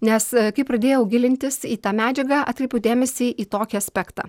nes kai pradėjau gilintis į tą medžiagą atkreipiau dėmesį į tokią aspektą